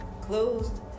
closed